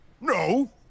No